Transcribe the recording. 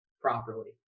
properly